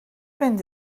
mynd